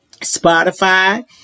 Spotify